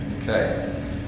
okay